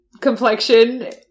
complexion